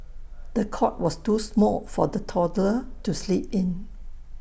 the cot was too small for the toddler to sleep in